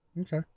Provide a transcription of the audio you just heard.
Okay